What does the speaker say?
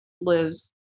lives